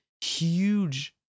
huge